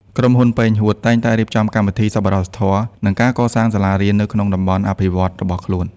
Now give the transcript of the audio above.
ក្រុមហ៊ុន ប៉េង ហួត (Peng Huoth) តែងតែរៀបចំកម្មវិធីសប្បុរសធម៌ និងការកសាងសាលារៀននៅក្នុងតំបន់អភិវឌ្ឍន៍របស់ខ្លួន។